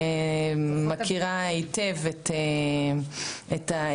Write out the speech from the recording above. אני מכירה היטב את האתגרים,